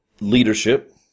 leadership